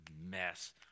mess